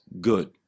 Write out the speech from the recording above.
good